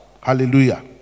Hallelujah